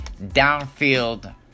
downfield